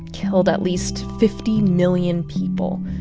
killed at least fifty million people.